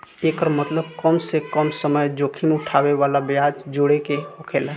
एकर मतबल कम से कम समय जोखिम उठाए वाला ब्याज जोड़े के होकेला